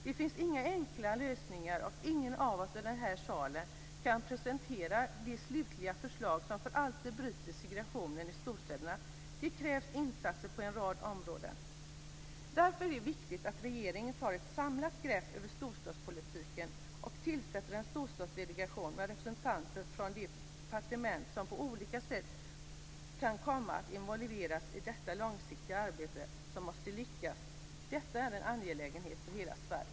Det finns inga enkla lösningar och ingen av oss i den här salen kan presentera det slutliga förslag som för alltid bryter segregationen i storstäderna. Det krävs insatser på en rad områden. Därför är det viktigt att regeringen tar ett samlat grepp om storstadspolitiken och tillsätter en storstadsdelegation med representanter från de departement som på olika sätt kan komma att involveras i detta långsiktiga arbete som måste lyckas. Detta är en angelägenhet för hela Sverige.